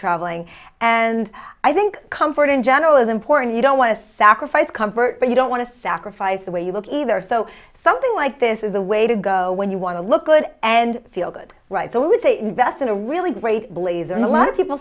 traveling and i think comfort in general is important you don't want to sacrifice comfort but you don't want to sacrifice the way you look either so something like this is the way to go when you want to look good and feel good right to lose a vest in a really great blazer and a lot of people